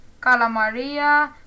Calamaria